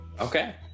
Okay